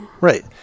Right